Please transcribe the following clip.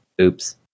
oops